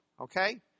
okay